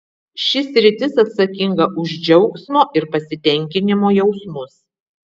ši sritis atsakinga už džiaugsmo ir pasitenkinimo jausmus